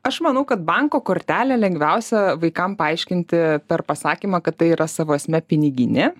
aš manau kad banko kortelę lengviausia vaikam paaiškinti per pasakymą kad tai yra savo esme piniginė